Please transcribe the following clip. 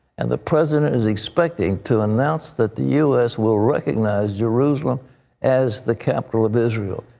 and the president is expecting to announce that the u s. will recognize jerusalem as the capital of israel.